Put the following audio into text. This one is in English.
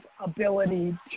ability